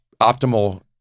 optimal